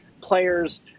players